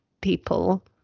people